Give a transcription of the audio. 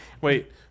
wait